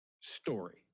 story